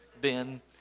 Ben